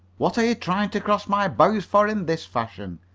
what are you trying to cross my bows for in this fashion?